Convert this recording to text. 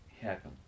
happen